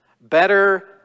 better